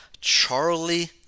Charlie